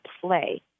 play